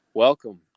Welcome